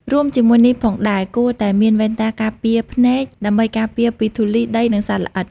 រួមជាមួយនេះផងដែរ គួរតែមានវ៉ែនតាការពារភ្នែក ដើម្បីការពារពីធូលី ដី និងសត្វល្អិត។